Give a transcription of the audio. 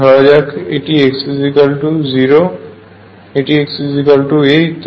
ধরা যাক এটি x0 xa ইত্যাদি